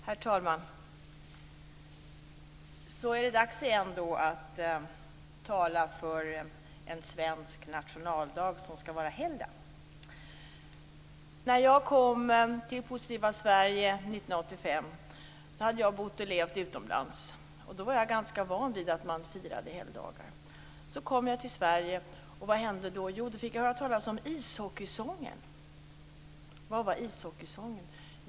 Herr talman! Så är det återigen dags att tala för att den svenska nationaldagen skall vara helgdag. När jag kom till Positiva Sverige 1985 hade jag bott utomlands. Då var jag ganska van vid att man firade helgdagar. Så kom jag till Sverige. Vad hände då? Jo, då fick jag höra talas om ishockeysången. Vad var ishockeysången?